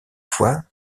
fois